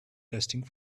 testing